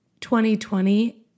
2020